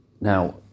Now